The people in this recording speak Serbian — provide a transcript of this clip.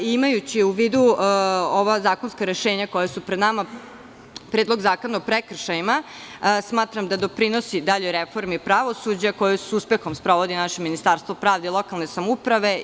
Imajući u vidu ova zakonska rešenja koja su pred nama, Predlog zakona o prekršajima smatram da doprinosi daljoj reformi pravosuđa, koju s uspehom sprovodi naše Ministarstvo pravde i lokalne samouprave.